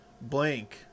Blank